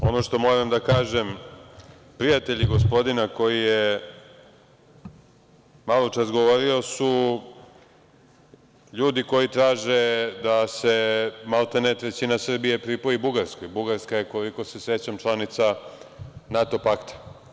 Pa, pre svega ono što moram da kažem, prijatelji gospodina koji je maločas govorio su ljudi koji traže da se maltene trećina Srbije pripoji Bugarskoj, Bugarska je koliko se sećam članica NATO pakta.